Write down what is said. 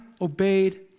obeyed